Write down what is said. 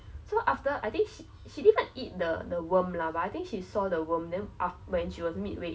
ya in that sense but then I remember I push my lunch to somewhere else so the teacher also like 没有发现到我没有吃饭